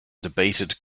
debated